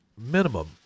minimum